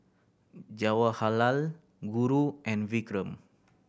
Jawaharlal Guru and Vikram